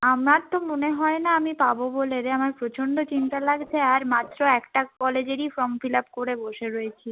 আমার তো মনে হয়না আমি পাব বলে রে আমার প্রচণ্ড চিন্তা লাগছে আর মাত্র একটা কলেজেরই ফর্ম ফিলাপ করে বসে রয়েছি